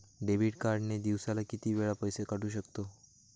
Debit card ने दिवसाला किती वेळा पैसे काढू शकतव?